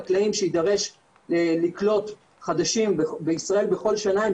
וחמישה חקלאים חדשים שצריכים להיכנס בכל שנה.